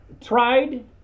tried